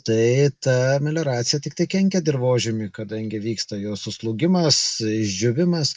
tai ta melioracija tiktai kenkia dirvožemiui kadangi vyksta jo suslūgimas išdžiūvimas